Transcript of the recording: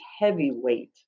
heavyweight